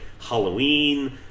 Halloween